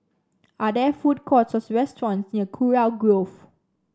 are there food courts restaurants near Kurau Grove